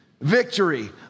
Victory